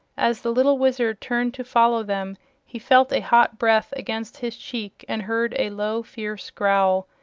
as the little wizard turned to follow them he felt a hot breath against his cheek and heard a low, fierce growl.